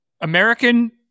American